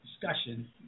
discussion